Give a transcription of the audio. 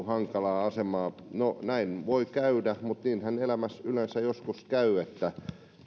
hankalaan asemaan no näin voi käydä mutta niinhän elämässä yleensä joskus käy että